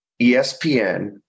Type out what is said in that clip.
ESPN